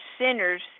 sinners